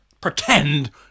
pretend